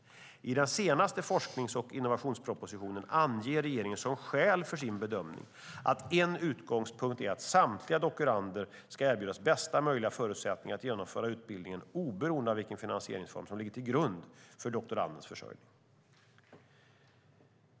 I den senaste forsknings och innovationspropositionen anger regeringen som skäl för sin bedömning att en utgångspunkt är att samtliga doktorander ska erbjudas bästa möjliga förutsättningar att genomföra utbildningen oberoende av vilken finansieringsform som ligger till grund för doktorandens försörjning.